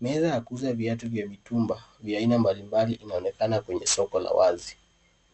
Meza ya kuuza viatu vya mitumba vya aina mbalimbali inaonekana kwenye soko la wazi.